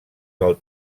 del